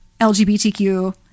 lgbtq